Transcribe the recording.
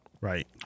Right